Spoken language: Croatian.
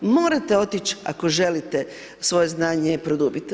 Morate, otići ako želite svoje znanje i produbiti.